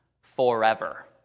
forever